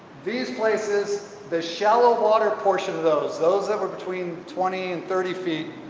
these places, the shallow water portion of those, those that were between twenty and thirty feet.